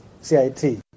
CIT